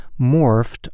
morphed